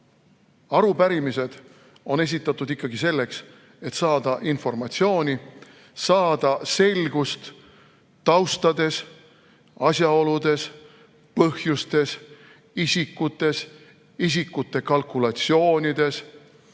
Arupärimised on esitatud ikkagi selleks, et saada informatsiooni, saada selgust taustades, asjaoludes, põhjustes, isikutes, isikute kalkulatsioonides,